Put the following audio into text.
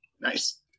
Nice